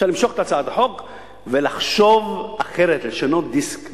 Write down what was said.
אפשר למשוך את הצעת החוק ולחשוב אחרת, לשנות דיסק.